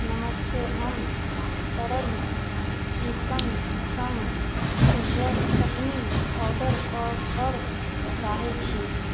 नमस्ते हम तरल चिकन सङ्ग उज्जर चटनी ऑर्डर कऽ कर चाहय छी